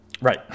right